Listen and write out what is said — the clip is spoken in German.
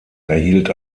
erhielt